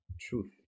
Truth